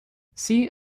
see